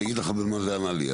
אני אגיד לך במה זה ענה לי.